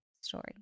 story